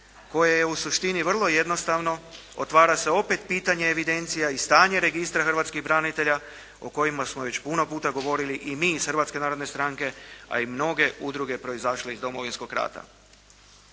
koje je u suštini vrlo jednostavno, otvara se opet pitanje evidencija i stanje registra hrvatskih branitelja o kojima smo već puno puta govorili i mi iz Hrvatske narodne stranke, a i mnoge udruge proizašle iz Domovinskog rata.